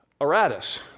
Aratus